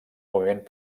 moviment